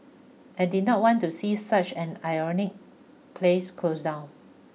I did not want to see such an iconic place close down